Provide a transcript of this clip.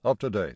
UP-TO-DATE